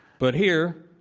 but here,